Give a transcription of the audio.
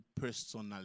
personally